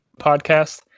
podcast